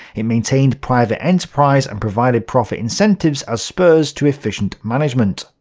it maintained private enterprise and provided profit incentives as spurs to efficient management.